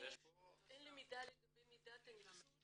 אין לי לגבי מידת הניצול,